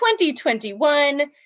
2021